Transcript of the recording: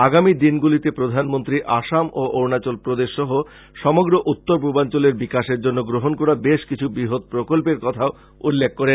আগামী দিনগুলিতে প্রধানমন্ত্রী আসাম ও অরুনাচল প্রদেশ সহ সমগ্র উত্তর পূর্বাঞ্চলের বিকাশের জন্য গ্রহন করা বেশ কিছু বৃহৎ প্রকল্পের কথাও উল্লেখ করেন